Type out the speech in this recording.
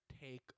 take